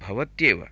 भवत्येव